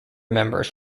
members